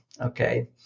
okay